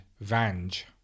Vange